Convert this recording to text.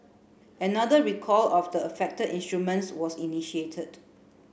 another recall of the affected instruments was initiated